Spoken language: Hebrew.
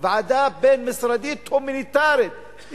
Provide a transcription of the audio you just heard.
ועדה בין-משרדית הומניטרית.